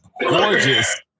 gorgeous